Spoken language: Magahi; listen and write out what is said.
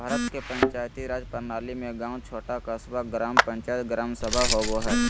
भारत के पंचायती राज प्रणाली में गाँव छोटा क़स्बा, ग्राम पंचायत, ग्राम सभा होवो हइ